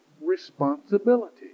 responsibility